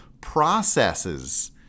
processes